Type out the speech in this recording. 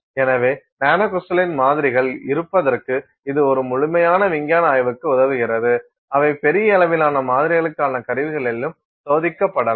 எனவே நானோகிரிஸ்டலின் மாதிரிகள் இருப்பதற்கு இது ஒரு முழுமையான விஞ்ஞான ஆய்வுக்கு உதவுகிறது அவை பெரிய அளவிலான மாதிரிகளுக்கான கருவிகளிலும் சோதிக்கப்படலாம்